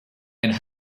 and